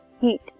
heat